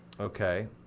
okay